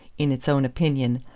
in its own opinion,